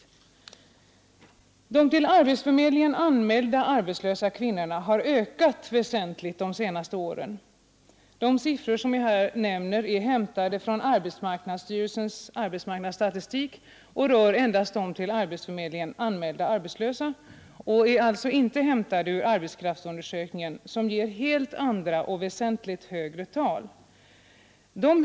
Antalet till arbetsförmedlingen anmälda arbetslösa kvinnor har ökat väsentligt de senaste åren. De siffror som jag här nämner är hämtade från arbetsmarknadsstyrelsens arbetsmarknadsstatistik och gäller endast de till arbetsförmedlingen anmälda arbetslösa. De kommer alltså inte från arbetskraftsundersökningen, som ger helt andra och väsentligt högre tal.